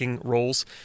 roles